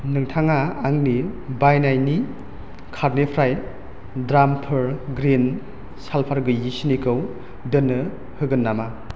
नोंथाङा आंनि बायनायनि कार्टनिफ्राय द्रामपुर ग्रीन सालफार गैयि सिनिखौ दान्नो हागोन नामा